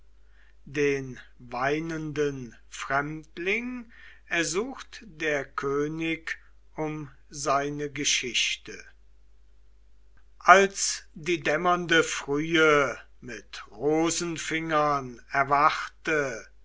den weinenden fremdling ersucht der könig um seine geschichte als die dämmernde frühe mit rosenfingern erwachte